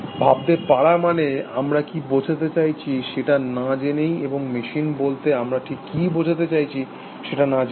ভাবতে পারা মানে আমরা কি বোঝাতে চাইছি সেটা না জেনেই এবং মেশিন বলতে আমরা ঠিক কি বোঝাতে চাইছি সেটা না জেনেই